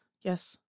Yes